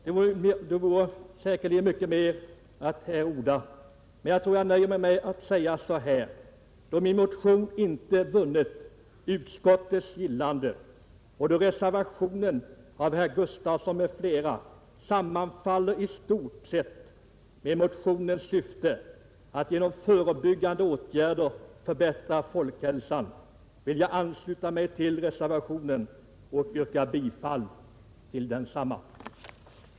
Det vore säkerligen mycket mer att säga, men då min motion inte vunnit utskottets gillande och då reservationen av herr Gustavsson i Alvesta m.fl. i stort sett sammanfaller med motionens syfte, att genom förebyggande åtgärder förbättra folkhälsan, nöjer jag mig med att ansluta mig till reservationen och jag yrkar bifall till densamma.